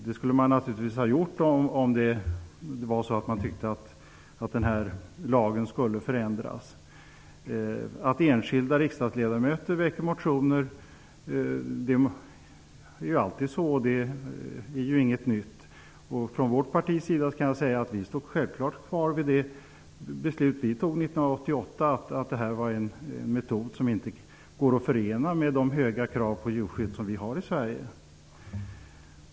Det skulle naturligtvis regeringen har gjort om man tyckte att lagen skulle förändras. Det är alltid så att enskilda riskdagsledamöter väcker motioner. Det är inget nytt. Vårt parti står självfallet kvar vid det beslut som fattades 1988 om att det är en metod som inte går att förena med de höga krav på djurskydd som finns i Sverige.